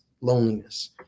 loneliness